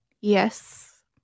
Yes